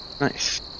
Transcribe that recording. Nice